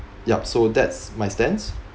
yup so that's my stance